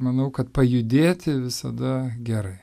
manau kad pajudėti visada gerai